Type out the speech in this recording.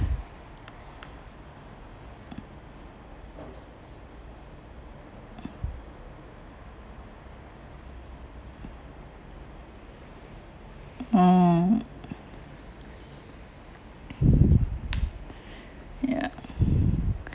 mm ya